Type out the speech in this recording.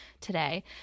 today